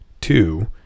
two